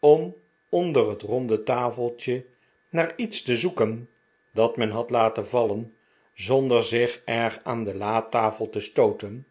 om onder het ronde tafeltje naar iets te zoeken dat men had laten vallen zdnder zich erg aan de latafel te stooten